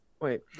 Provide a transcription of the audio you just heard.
Wait